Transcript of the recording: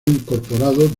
incorporado